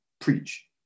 preach